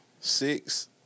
six